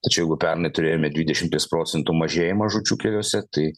tai čia jeigu pernai turėjome dvidešimties procentų mažėjimą žūčių keliuose tai